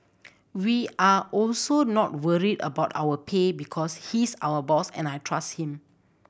we are also not worried about our pay because he's our boss and I trust him